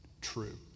true